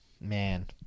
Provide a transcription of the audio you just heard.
Man